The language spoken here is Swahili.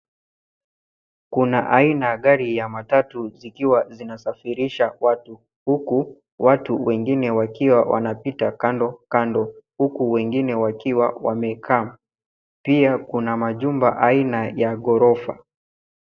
Kuna aina ya gari ya matatu zikiwa zinasafirisha watu, huku watu wengine wakiwa wanapita kando kando, huku wengine wakiwa wamekaa. Pia kuna majumba aina ya ghorofa.